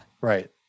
Right